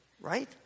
Right